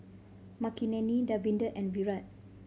Makineni Davinder and Virat